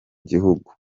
gihugu